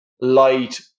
light